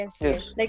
Yes